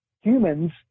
humans